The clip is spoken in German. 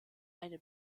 eine